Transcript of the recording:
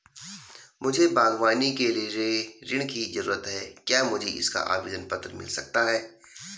मुझे बागवानी के लिए ऋण की ज़रूरत है क्या मुझे इसका आवेदन पत्र मिल सकता है?